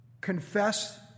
Confess